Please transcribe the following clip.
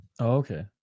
okay